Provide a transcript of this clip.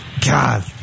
God